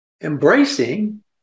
embracing